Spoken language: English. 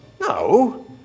No